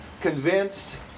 convinced